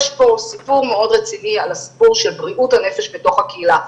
יש פה סיפור מאוד רציני על בריאות הנפש בתוך הקהילה,